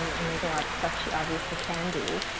and there's a lot of stuff she obviously can do.